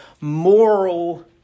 moral